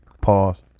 Pause